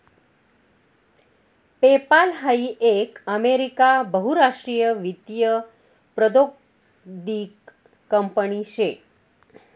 PayPal हाई एक America बहुराष्ट्रीय वित्तीय प्रौद्योगीक कंपनी शे